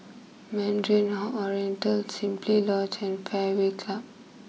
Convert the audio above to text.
Mandarin Ho Oriental Simply Lodge and Fairway Club